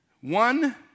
One